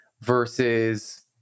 versus